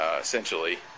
Essentially